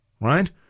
Right